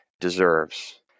deserves